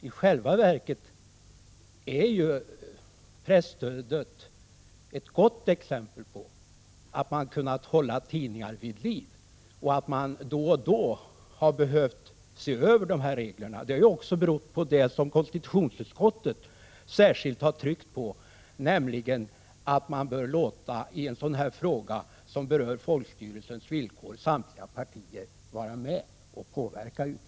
I själva verket har presstödet gett goda exempel på att man har kunnat hålla tidningar vid liv. Att man då och då har behövt se över reglerna har berott på det som konstitutionsutskottet särskilt har tryckt på, nämligen att man i sådana här frågor, som berör folkstyrelsens villkor, bör låta samtliga partier vara med och påverka.